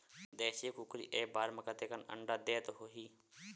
देशी कुकरी एक बार म कतेकन अंडा देत होही?